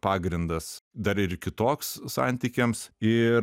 pagrindas dar ir kitoks santykiams ir